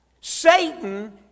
Satan